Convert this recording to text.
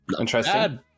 interesting